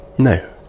No